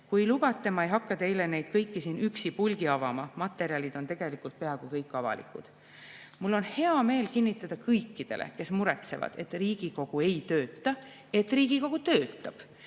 Kui lubate, ma ei hakka teile neid kõiki siin üksipulgi avama, materjalid on peaaegu kõik avalikud. Mul on hea meel kinnitada kõikidele, kes muretsevad, et Riigikogu ei tööta, et Riigikogu töötab